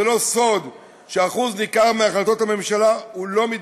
זה לא סוד שאחוז ניכר מהחלטות הממשלה לא מתבצע.